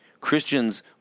Christians